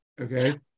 Okay